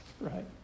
right